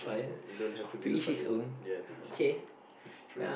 you don't have to be funny one yeah two inches long it's true